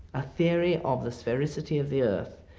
a theory of the sphericity of the earth.